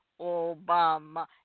Obama